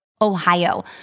Ohio